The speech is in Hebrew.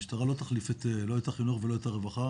המשטרה לא תחליף לא את החינוך ולא את הרווחה.